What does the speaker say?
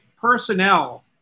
personnel